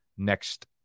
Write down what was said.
next